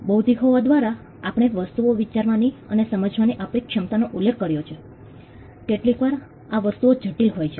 બૌદ્ધિક હોવા દ્વારા આપણે વસ્તુઓ વિચારવાની અને સમજવાની આપણી ક્ષમતાનો ઉલ્લેખ કર્યો છે કેટલીકવાર આ વસ્તુઓ જટિલ હોય છે